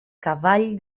cavall